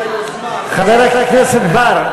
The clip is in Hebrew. שראש הממשלה יגיב על היוזמה, חבר הכנסת בר.